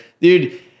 dude